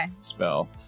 spell